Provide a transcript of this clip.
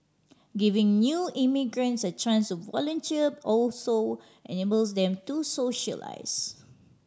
giving new immigrants a chance volunteer also enables them to socialise